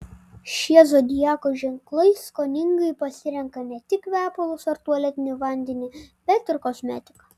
šie zodiako ženklai skoningai pasirenka ne tik kvepalus ar tualetinį vandenį bet ir kosmetiką